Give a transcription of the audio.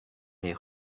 les